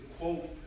quote